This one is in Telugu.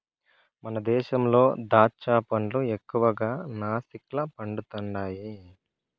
మన దేశంలో దాచ్చా పండ్లు ఎక్కువగా నాసిక్ల పండుతండాయి